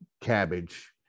cabbage